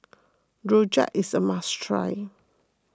Rojak is a must try